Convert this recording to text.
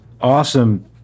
awesome